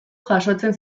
jasotzen